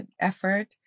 effort